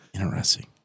Interesting